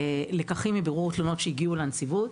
לקחים מבירור תלונות שהגיעו לנציבות.